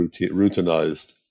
routinized